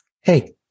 Hey